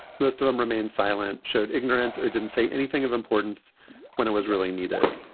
most of them remained silent, showed ignorance or didn't say anything of importance when it was really needed.